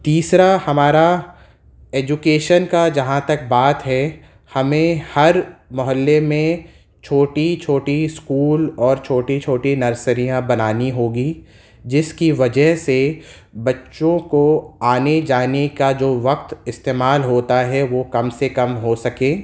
تیسرا ہمارا ایجوکیشن کا جہاں تک بات ہے ہمیں ہر محلے میں چھوٹی چھوٹی اسکول اور چھوٹی چھوٹی نرسریاں بنانی ہوگی جس کی وجہ سے بچوں کو آنے جانے کا جو وقت استعمال ہوتا ہے وہ کم سے کم ہو سکے